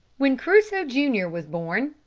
when crusoe, junior, was born,